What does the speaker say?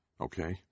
Okay